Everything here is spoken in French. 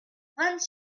vingt